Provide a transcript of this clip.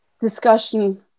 discussion